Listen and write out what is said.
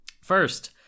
first